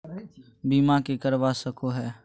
बीमा के करवा सको है?